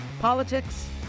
Politics